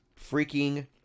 freaking